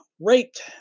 raped